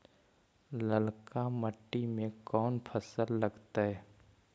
ललका मट्टी में कोन फ़सल लगतै?